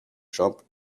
jump